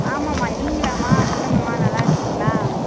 ஆமாம்மா நீங்களாம்மா சொல்லுங்கம்மா நல்லா இருக்கீங்களா